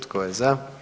Tko je za?